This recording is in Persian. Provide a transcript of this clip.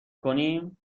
کنیم